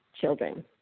children